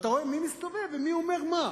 אתה רואה מי מסתובב ומי אומר מה.